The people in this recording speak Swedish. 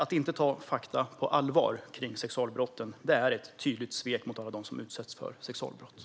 Att inte ta fakta på allvar när det gäller sexualbrott är ett tydligt svek mot alla dem som utsätts för sådana brott.